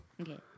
Okay